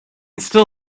still